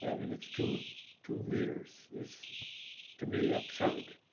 i mean it's two two meters, is to me ah absurd.